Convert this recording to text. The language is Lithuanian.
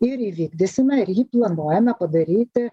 ir įvykdysime ir jį planuojame padaryti